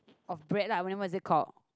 of bread lah then what is it called